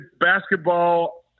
basketball